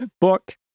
book